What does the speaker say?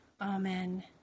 Amen